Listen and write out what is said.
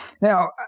Now